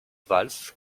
vals